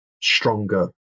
stronger